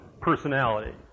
personality